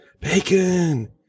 Bacon